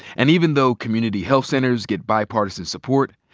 and even though community health centers get bipartisan support,